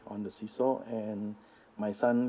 on the seesaw and my son